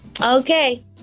Okay